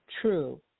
true